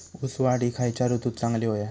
ऊस वाढ ही खयच्या ऋतूत चांगली होता?